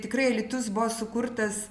tikrai alytus buvo sukurtas